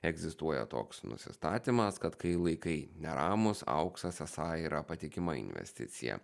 egzistuoja toks nusistatymas kad kai laikai neramūs auksas esą yra patikima investicija